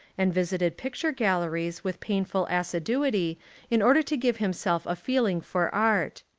and visited picture galleries with painful assiduity in order to give himself a feeling for art.